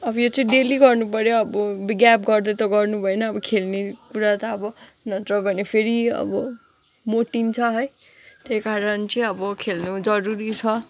अब यो चाहिँ डेली गर्नु पऱ्यो अब ग्याप् गर्दै त गर्नु भएन अब खेल्ने कुरा त अब नत्र भने फेरि अब मोटिन्छ है त्यही कारण चाहिँ अब खेल्नु जरुरी छ